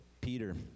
Peter